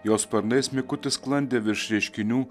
jos sparnais mikutis sklandė virš reiškinių